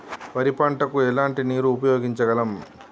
వరి పంట కు ఎలాంటి నీరు ఉపయోగించగలం?